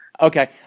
okay